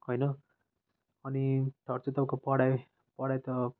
होइन अनि खर्च तपाईँको पढाइ पढाइ त